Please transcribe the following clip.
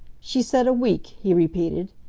she said a week, he repeated.